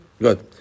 Good